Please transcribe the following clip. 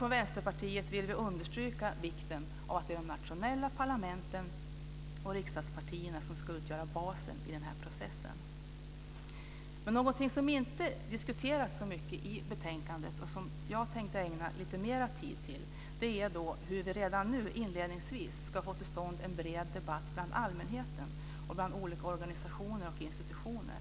Från Vänsterpartiet vill vi understryka vikten av att de nationella parlamenten och riksdagspartierna utgör basen i processen. Något som inte diskuteras så mycket i betänkandet, som jag tänkte ägna lite mer tid, är hur vi redan nu ska få till stånd en bred debatt bland allmänheten, olika organisationer och institutioner.